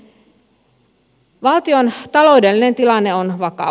valtion taloudellinen tilanne on vakava